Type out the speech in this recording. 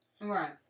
Right